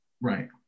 Right